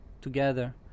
together